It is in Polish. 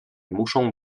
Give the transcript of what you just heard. muszą